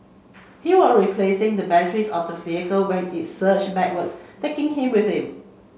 he was replacing the battery of the vehicle when it surge backwards taking him with it